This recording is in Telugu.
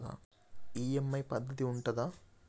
ఈ.ఎమ్.ఐ పద్ధతి ఉంటదా?